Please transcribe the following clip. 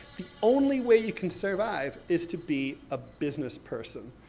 the only way you can survive is to be a business person,